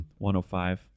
105